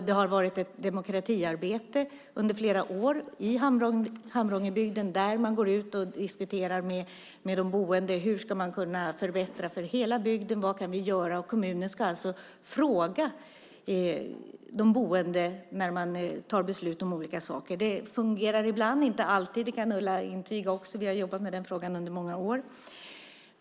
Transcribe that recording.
Det pågår ett demokratiarbete sedan flera år i Hamrångebygden där man går ut och diskuterar med de boende hur man ska kunna förbättra för hela bygden. Kommunen ska alltså fråga de boende när de ska fatta beslut om olika saker. Det fungerar ibland, men inte alltid. Det kan Ulla intyga. Vi har jobbat med den frågan under många år.